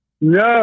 No